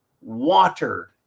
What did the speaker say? water